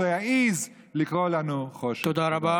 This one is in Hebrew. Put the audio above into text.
שלא יעז לקרוא לנו חושך.